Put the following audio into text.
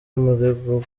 umurego